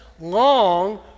long